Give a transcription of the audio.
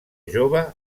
jove